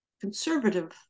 conservative